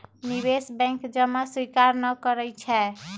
निवेश बैंक जमा स्वीकार न करइ छै